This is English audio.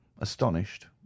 astonished